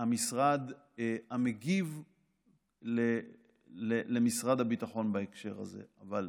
המשרד מגיב למשרד הביטחון בהקשר הזה, אבל